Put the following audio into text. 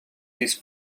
this